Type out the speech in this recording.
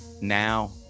now